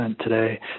today